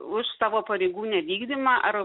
už savo pareigų nevykdymą ar